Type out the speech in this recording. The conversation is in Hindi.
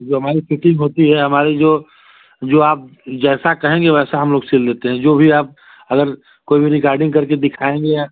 जो हमारी फिटिंग होती है हमारी जो जो आप जैसा कहेंगे वैसा हम लोग सिल देते हैं जो भी आप अगर कोई भी रिकार्डिंग करके दिखाएँगे या